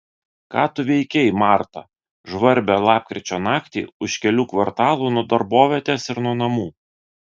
ką tu veikei marta žvarbią lapkričio naktį už kelių kvartalų nuo darbovietės ir nuo namų